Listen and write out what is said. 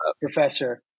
professor